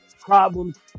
problems